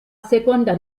seconda